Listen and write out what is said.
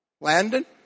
Landon